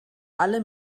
alle